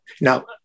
now